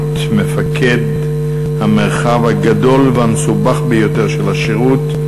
מפקד המרחב הגדול והמסובך ביותר של השירות,